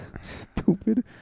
Stupid